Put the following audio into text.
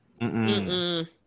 mm-mm